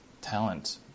talent